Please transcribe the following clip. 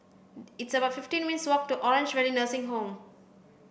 it's about fifteen minutes' walk to Orange Valley Nursing Home